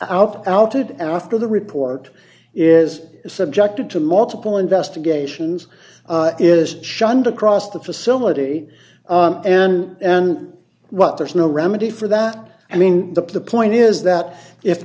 outed after the report is subjected to multiple investigations is shunned across the facility and and what there's no remedy for that i mean the point is that if